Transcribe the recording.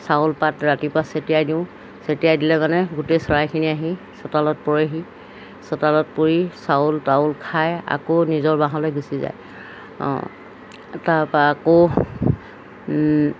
চাউল পাত ৰাতিপুৱা ছটিয়াই দিওঁ ছটিয়াই দিলে মানে গোটেই চৰাইখিনি আহি চোতালত পৰেহি চোতালত পৰি চাউল তাউল খাই আকৌ নিজৰ বাঁহলৈ গুচি যায় অঁ তাৰপৰা আকৌ